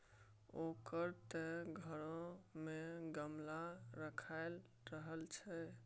ओकर त घरो मे गमला राखल रहय छै